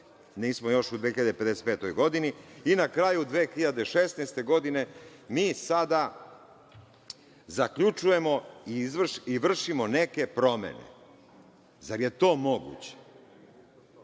nismo još u 2055. godini i na kraju 2016. godine mi sada zaključujemo i vršimo neke promene. Zar je to moguće?